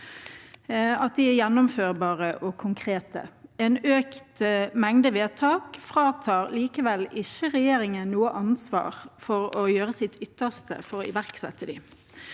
at de er gjennomførbare og konkrete. En økt mengde vedtak fratar likevel ikke regjeringen noe ansvar for å gjøre sitt ytterste for å iverksette dem.